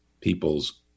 people's